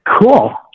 Cool